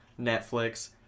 Netflix